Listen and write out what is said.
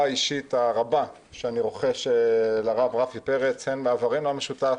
האישית הרבה שאני רוחש לרב רפי פרץ הן בשל עברנו המשותף